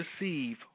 receive